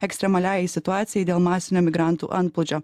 ekstremaliajai situacijai dėl masinio migrantų antplūdžio